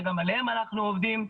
שגם עליהם אנחנו עובדים.